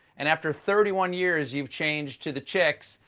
and after thirty one years, you've changed to the chicks.